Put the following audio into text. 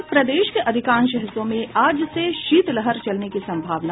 और प्रदेश के अधिकांश हिस्सों में आज से शीतलहर चलने की संभावना